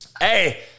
Hey